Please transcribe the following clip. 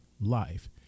life